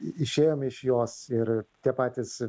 išėjome iš jos ir tie patys